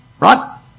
right